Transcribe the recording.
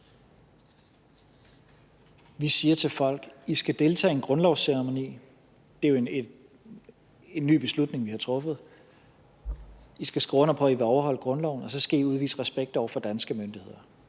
Vi siger til folk: I skal deltage i en grundlovsceremoni – det er jo en ny beslutning, vi har truffet – og I skal skrive under på, at I vil overholde grundloven, og så skal I udvise respekt over for danske myndigheder.